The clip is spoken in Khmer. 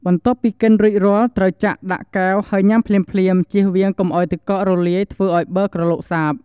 បន្ទាប់ពីកិនរួចរាល់ ត្រូវចាក់ដាក់កែវហើយញ៉ាំភ្លាមៗ ជៀសវាងកុំឲ្យទឹកកករលាយធ្វើឲ្យប័រក្រឡុកសាប។